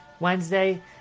Wednesday